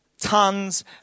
tons